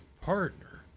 partner